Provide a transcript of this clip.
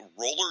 Roller